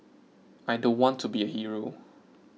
I don't want to be a hero